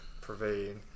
pervade